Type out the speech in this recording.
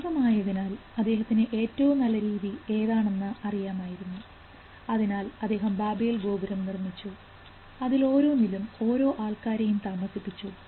ദൈവം ആയതിനാൽ അദ്ദേഹത്തിന് ഏറ്റവും നല്ല രീതി ഏതാണ് അറിയാമായിരുന്നു അതിനാൽ അദ്ദേഹം ബാബേൽ ഗോപുരം നിർമ്മിച്ചു അതിൽ ഓരോന്നിലും ഓരോ ആൾക്കാരെയും താമസിപ്പിച്ചു